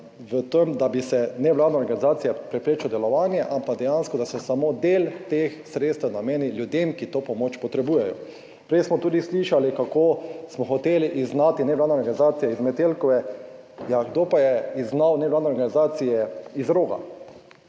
v tem, da bi se nevladna organizacija preprečil delovanje, ampak dejansko, da se samo del teh sredstev nameni ljudem, ki to pomoč potrebujejo. Prej smo tudi slišali, kako smo hoteli izgnati nevladne organizacije iz Metelkove. Ja, kdo pa je izgnal nevladne organizacije iz Roga.